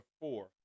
four